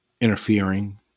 interfering